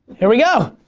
here we go.